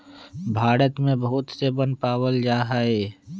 भारत में बहुत से वन पावल जा हई